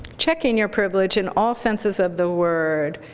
checking your privilege in all senses of the word,